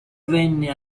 venne